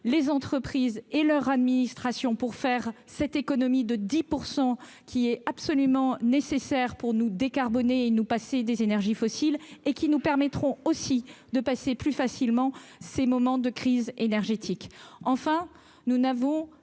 leur domaine, les administrations, pour faire cette économie de 10 % qui est absolument nécessaire pour nous décarboner et nous passer des énergies fossiles, et qui nous permettra de passer plus facilement ces moments de crise énergétique.